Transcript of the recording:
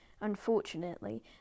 Unfortunately